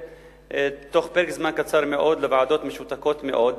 בתוך פרק זמן קצר מאוד לוועדות משותקות מאוד,